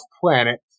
planet